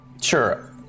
Sure